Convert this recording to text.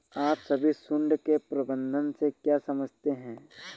आप सभी झुंड के प्रबंधन से क्या समझते हैं?